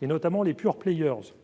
notamment les. Le dispositif